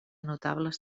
notables